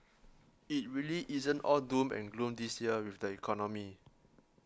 it really isn't all doom and gloom this year with the economy